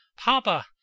Papa